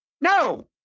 No